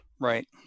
right